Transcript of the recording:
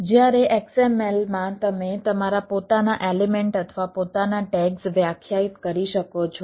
જ્યારે XML માં તમે તમારા પોતાના એલિમેન્ટ અથવા પોતાના ટૅગ્સ વ્યાખ્યાયિત કરી શકો છો